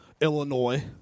Illinois